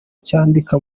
cyandika